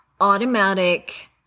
automatic